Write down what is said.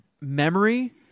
memory